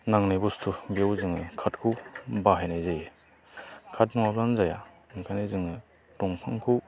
नांनाय बुसथु बेव जों खाथखौ बाहायनाय जायो खाथ नङाब्लानो जाया ओंखायनो जोङो दंफांखौ